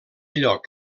lloc